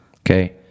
okay